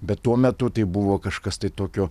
bet tuo metu tai buvo kažkas tai tokio